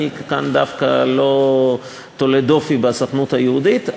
אני כאן דווקא לא מטיל דופי בסוכנות היהודית,